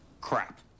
Crap